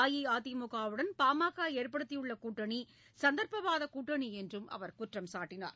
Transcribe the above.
அஇஅதிமுகவுடன் பாமக ஏற்படுத்தியுள்ள கூட்டணி சந்தர்ப்பவாத கூட்டணி என்றும் அவர் குற்றம் சாட்டினார்